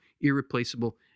irreplaceable